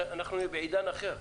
אנחנו נהיה בעידן אחר.